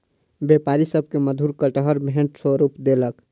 व्यापारी सभ के मधुर कटहर भेंट स्वरूप देलक